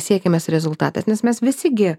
siekiamas rezultatas nes mes visi gi